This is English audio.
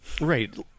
right